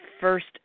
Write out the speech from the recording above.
first